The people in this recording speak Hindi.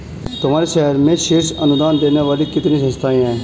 तुम्हारे शहर में शीर्ष अनुदान देने वाली कितनी संस्थाएं हैं?